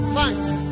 Thanks